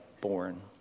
born